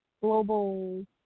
global